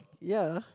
ya